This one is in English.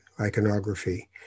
iconography